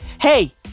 Hey